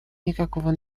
никакого